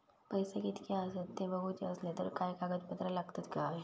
पैशे कीतके आसत ते बघुचे असले तर काय कागद पत्रा लागतात काय?